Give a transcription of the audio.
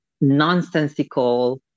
nonsensical